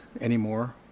anymore